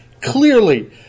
clearly